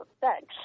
Thanks